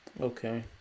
okay